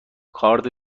کارد